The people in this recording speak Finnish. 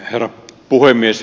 herra puhemies